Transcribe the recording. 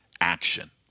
action